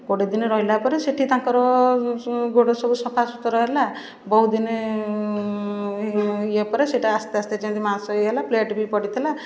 କୋଡ଼ିଏ ଦିନ ରହିଲା ପରେ ସେଠି ତାଙ୍କର ଗୋଡ଼ ସବୁ ସଫାସୁତୁରା ହେଲା ବହୁତ ଦିନ ଇଏ ପରେ ସେଇଟା ଆସ୍ତେ ଆସ୍ତେ ଯେମିତି ମାଂସ ଇଏ ହେଲା ପ୍ଲେଟ ବି ପଡ଼ିଥିଲା